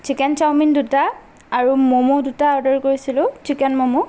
chicken chowmein দুটা আৰু ম'ম' দুটা অৰ্ডাৰ কৰিছিলোঁ চিকেন ম'ম'